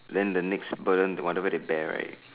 then the next burden whatever they bear right